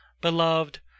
beloved